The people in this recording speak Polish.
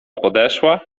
podeszła